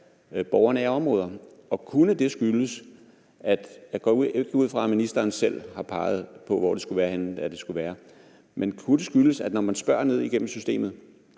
er borgernære områder. Jeg går ikke ud fra, at ministeren selv har peget på, hvor det skulle være, men kunne det skyldes, at man, når man spørger ned igennem systemet,